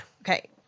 okay